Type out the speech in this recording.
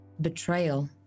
betrayal